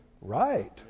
right